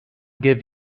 give